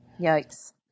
Yikes